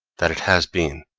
that it has been.